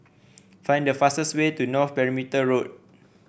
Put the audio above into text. find the fastest way to North Perimeter Road